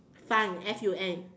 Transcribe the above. fun F U N